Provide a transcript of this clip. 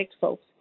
folks